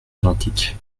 identiques